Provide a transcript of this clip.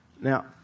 Now